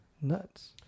nuts